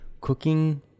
cooking